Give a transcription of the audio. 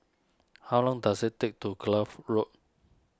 how long does it take to Kloof Road